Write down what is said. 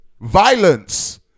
Violence